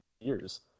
years